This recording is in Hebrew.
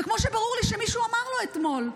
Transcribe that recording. וכמו שברור לי שמישהו אמר לו אתמול: